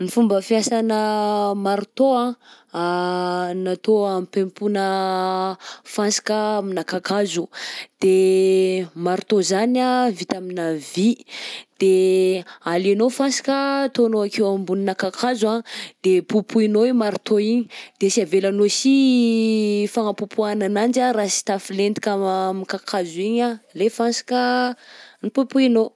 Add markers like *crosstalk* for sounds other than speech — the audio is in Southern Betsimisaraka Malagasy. Ny fomba fiasanà marteau anh *hesitation* natao hampempoana fansika amina kakazo de marteau zany anh vita aminà vy, de alainao fansika atanao akeo amboninà kakazo anh de popoinao i marteau igny de sy avelanao si fagnapopoana ananjy anh raha sy tafilentika *hesitation* am'kakazo igny anh lay fansika nopopoinao.